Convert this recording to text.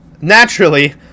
naturally